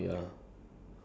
ya